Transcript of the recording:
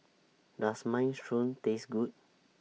Does Minestrone Taste Good